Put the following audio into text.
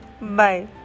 Bye